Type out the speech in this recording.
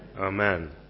Amen